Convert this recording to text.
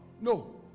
No